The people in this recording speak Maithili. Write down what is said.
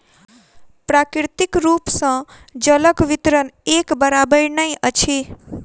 प्राकृतिक रूप सॅ जलक वितरण एक बराबैर नै अछि